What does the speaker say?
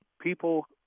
People